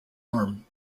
arm